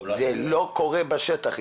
זה לא קורה בשטח.